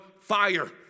fire